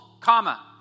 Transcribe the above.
comma